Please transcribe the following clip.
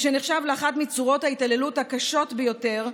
ושנחשבים לאחת מצורות ההתעללות הקשות ביותר,